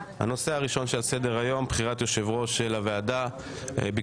הנושא הראשון שעל סדר היום הוא בחירת יושב ראש הוועדה המיוחדת.